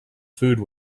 food